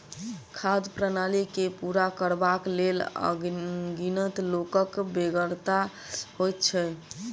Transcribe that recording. खाद्य प्रणाली के पूरा करबाक लेल अनगिनत लोकक बेगरता होइत छै